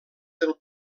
del